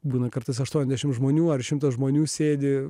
būna kartais aštuoniasdešimt žmonių ar šimtas žmonių sėdi